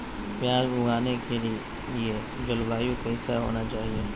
प्याज उगाने के लिए जलवायु कैसा होना चाहिए?